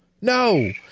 no